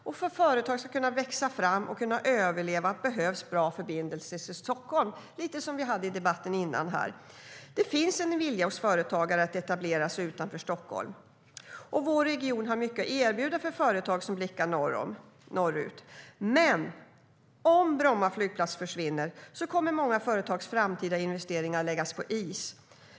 För att företag ska kunna växa fram och överleva behövs bra förbindelser till Stockholm, som vi talade om i debatten innan. Det finns en vilja hos företagare att etablera sig utanför Stockholm. Vår region har mycket att erbjuda för företag som blickar norrut. Men om Bromma flygplats försvinner kommer många företags framtida investeringar att läggas på is.